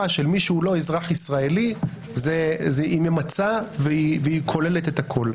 של מי שהוא לא אזרח ישראלי היא ממצה וכוללת את הכול.